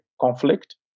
conflict